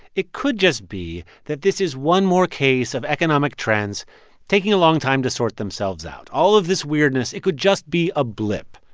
it could just be that this is one more case of economic trends taking a long time to sort themselves out. all of this weirdness it could just be a blip.